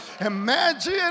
Imagine